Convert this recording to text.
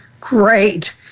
Great